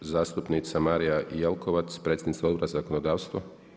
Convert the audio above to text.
Zastupnica Marija Jelkovac, predsjednica Odbora zakonodavstva.